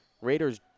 Raiders